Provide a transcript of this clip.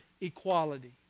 equality